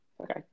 Okay